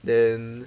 then